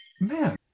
man